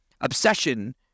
Obsession